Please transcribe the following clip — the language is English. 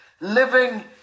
living